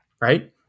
right